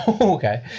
okay